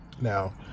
Now